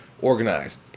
organized